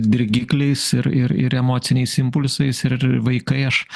dirgikliais ir ir ir emociniais impulsais ir vaikai aš